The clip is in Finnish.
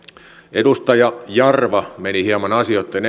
edustaja jarva meni hieman asioitten